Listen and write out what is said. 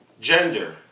Gender